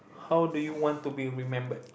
how do you want to be remembered